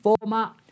format